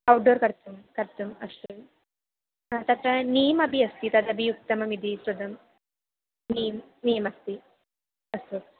order कर्तुं कर्तुम् अस्तु तत्र नीमपि अस्ति तदपि उत्तममिति श्रुतं नीम् नीमस्ति अस्तु